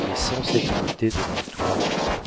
mais sans sa dignité devant toi